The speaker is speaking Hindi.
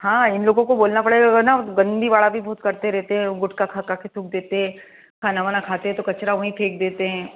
हाँ इन लोगों को बोलना पड़ेगा अगर ना गंदीवाडा भी बहुत करते रहते हैं गुटखा खा खा के थूक देते हैं खाना वाना खाते हैं तो कचरा वहीं फेंक देते हैं